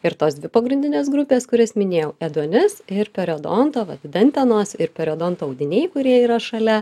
ir tos dvi pagrindines grupes kurias minėjau ėduonis ir periodonto va dantenos ir periodonto audiniai kurie yra šalia